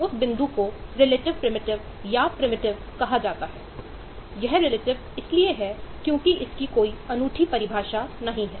अब अगला relative primitive इसलिए है क्योंकि इसकी कोई अनूठी परिभाषा नहीं है